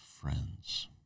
friends